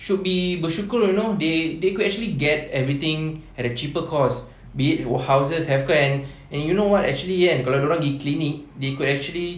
should be bersyukur you know they could actually get everything at a cheaper cost be it houses healthcare and and you know what actually kan kalau dorang gi klinik they could actually